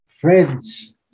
Friends